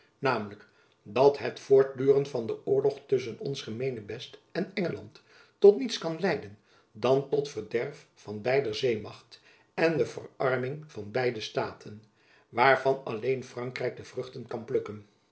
namelijk dat het voortduren van den oorlog tusschen ons gemeenebest en engeland tot niets kan leiden dan tot het verderf van beider zeemacht en de verarming van beide staten waarvan alleen frankrijk de vruchten kan plukken